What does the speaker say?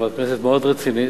חברת כנסת מאוד רצינית,